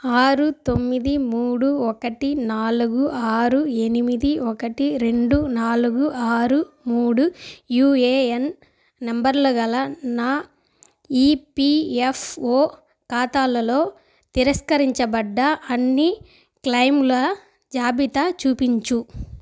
ఆరు తొమ్మిది మూడు ఒకటి నాలుగు ఆరు ఎనిమిది ఒకటి రెండు నాలుగు ఆరు మూడు యుఏఎన్ నెంబర్ల గల నా ఈపిఎఫ్ఓ ఖాతాలలో తిరస్కరించబడ్డ అన్నీ క్లెయిమ్ల జాబితా చూపించు